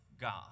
God